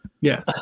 Yes